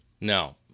No